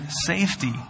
safety